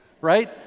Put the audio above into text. right